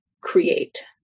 create